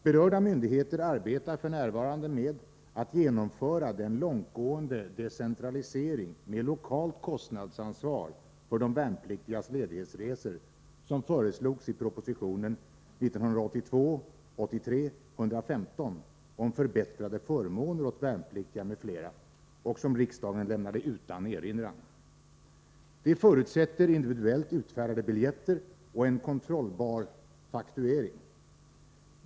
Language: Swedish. Berörda myndigheter arbetar f.n. med att genomföra den långtgående decentralisering med lokalt kostnadsansvar för de värnpliktigas ledighetsre sor som föreslogs i proposition 1982/83:115 om förbättrade förmåner åt värnpliktiga m.fl. och som riksdagen lämnade utan erinran. Detta förutsätter individuellt utfärdade biljetter och en kontrollerbar fakturering.